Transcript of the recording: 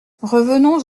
revenons